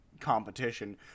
competition